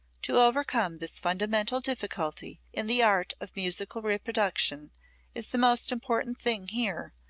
to overcome this fundamental difficulty in the art of musical reproduction is the most important thing here,